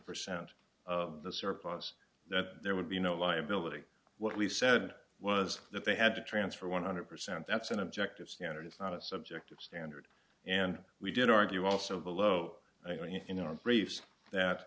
percent of the surplus that there would be no liability what we said was that they had to transfer one hundred percent that's an objective standard it's not a subjective standard and we did argue also below in our briefs that